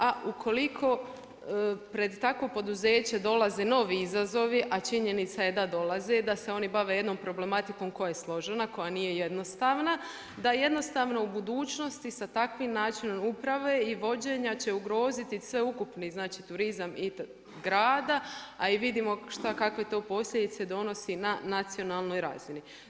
A ukoliko pred takvo poduzeće dolaze novi izazovi, a činjenica je da dolaze, da se oni bave jednom problematikom koja je složena, koja nije jednostavno, da jednostavno u budućnosti sa takvim načinom uprave i vođenja će ugroziti sveukupni znači turizam i grada, a i vidimo šta kakve to posljedice donosi na nacionalnoj razini.